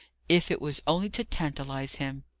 if it was only to tantalize him!